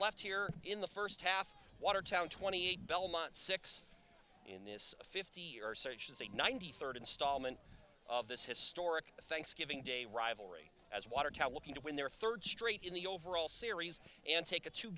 left here in the first half watertown twenty eight belmont six in this fifty year search is a ninety third installment of this historic thanksgiving day rivalry as watertown looking to win their third straight in the overall series and take a t